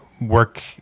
work